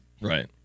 right